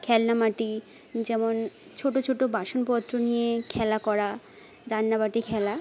খেলনা মাটি যেমন ছোট ছোট বাসনপত্র নিয়ে খেলা করা রান্নাবাটি খেলা